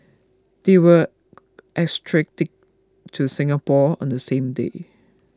they were extradited to Singapore on the same day